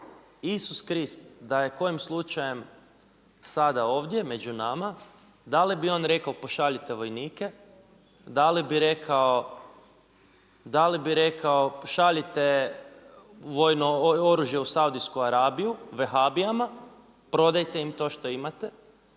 Isus Krist da je kojim slučajem sada ovdje među nama, da li bi on rekao pošaljite vojnike, da li bi rekao pošaljite vojno oružje u Saudijsku Arabiju vehabijama, prodajte im to što imate